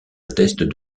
atteste